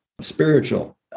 spiritual